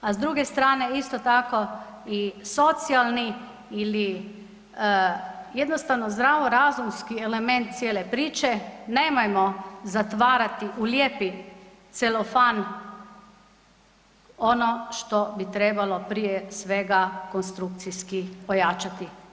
A s druge strane isto tako i socijalni ili jednostavno zdravorazumski element cijele priče, nemojmo zatvarati u lijepi celofan ono što bi trebalo prije svega konstrukciji ojačati.